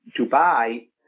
Dubai